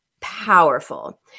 powerful